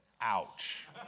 Ouch